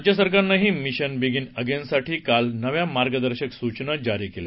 राज्य सरकारनंही mission begin अगेनसाठी काल नव्या मार्गदर्शक सूचना जारी केल्या